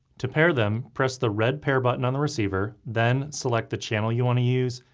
to pair them, press the red pair button on the receiver, then select the channel you want to use,